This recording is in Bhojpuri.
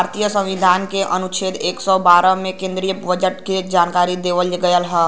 भारतीय संविधान के अनुच्छेद एक सौ बारह में केन्द्रीय बजट के जानकारी देवल गयल हउवे